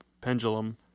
pendulum